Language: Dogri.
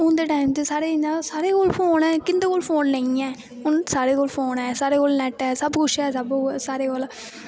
हून ते इ'यां सारे इ'यां सारें कोल फोन ऐ कुसै कोल फोन नेईं ऐ हुन सारें कोल फोन ऐ सारें कोल नैट ऐ सब कुछ ऐ सारें कोल